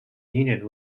union